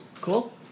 Cool